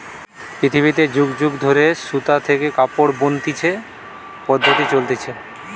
পৃথিবীতে যুগ যুগ ধরে সুতা থেকে কাপড় বনতিছে পদ্ধপ্তি চলতিছে